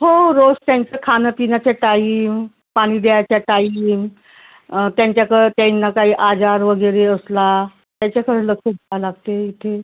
हो रोज त्यांचं खाणं पिण्याचं टाइम पाणी द्यायचा टाइमिंग अं त्यांच्याकडं त्यांना काही आजार वगैरे असला त्याच्याकडं लक्ष द्यायला लागते इथे